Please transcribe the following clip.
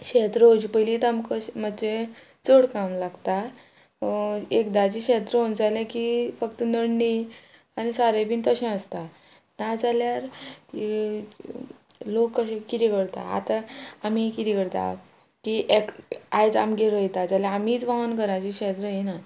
शेत रोवचे पयलीत आमकां अशें मातशें चड काम लागता एकदाचें शेत रोवंक जालें की फक्त नडणी आनी सारें बीन तशें आसता नाजाल्यार लोक कशें कितें करता आतां आमी कितें करता की एक आयज आमगेर रोयता जाल्या आमीच रावन घराचें शेत रोयना